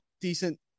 decent